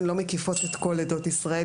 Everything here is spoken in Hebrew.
הן לא מקיפות את כל עדות ישראל,